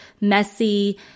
messy